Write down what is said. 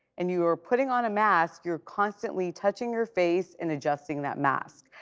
and you are putting on a mask, you're constantly touching your face and adjusting that mask.